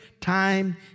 time